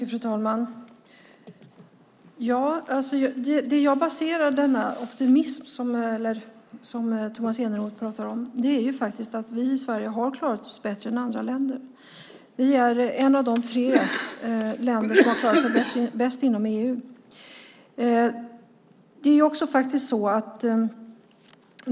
Fru talman! Den optimism Tomas Eneroth pratar om baserar jag på att Sverige faktiskt har klarat sig bättre än andra länder. Vi är ett av de tre länder som har klarat sig bäst inom EU.